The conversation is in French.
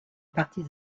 partie